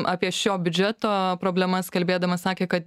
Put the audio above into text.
apie šio biudžeto problemas kalbėdamas sakė kad